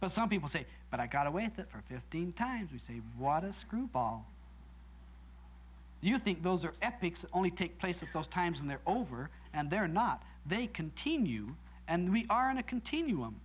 but some people say but i got away with that for fifteen times you see water screwball you think those are epics only take place at those times and they're over and they're not they continue and we are in a continuum